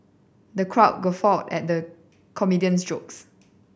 the crowd guffawed at the comedian's jokes